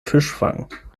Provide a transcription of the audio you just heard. fischfang